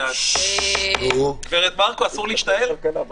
אסור להשתעל?